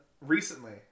recently